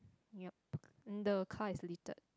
yup um the car is litted